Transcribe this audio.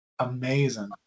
amazing